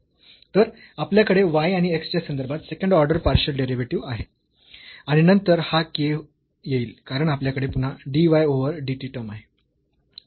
तर आपल्याकडे y आणि x च्या संदर्भात सेकंड ऑर्डर पार्शियल डेरिव्हेटिव्ह आहे आणि नंतर हा k येईल कारण आपल्याकडे पुन्हा dy ओव्हर dt टर्म आहे